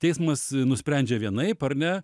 teismas nusprendžia vienaip ar ne